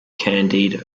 candied